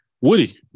Woody